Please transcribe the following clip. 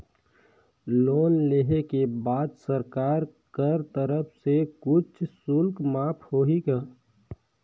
Loan लेहे के बाद सरकार कर तरफ से कुछ शुल्क माफ होही का?